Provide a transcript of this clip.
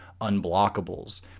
unblockables